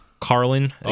Carlin